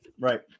right